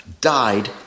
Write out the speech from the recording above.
died